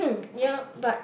ya but